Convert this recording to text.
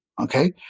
Okay